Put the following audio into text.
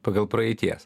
pagal praeities